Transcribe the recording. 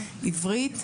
עברית,